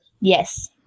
Yes